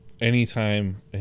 anytime